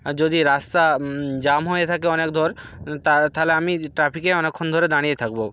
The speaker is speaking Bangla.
যদি রাস্তা জ্যাম হয়ে থাকে অনেক ধর তা তাহলে আমি ট্রাফিকে অনেকক্ষণ ধরে দাঁড়িয়ে থাকবো